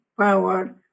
power